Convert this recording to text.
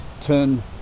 turn